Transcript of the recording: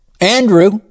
Andrew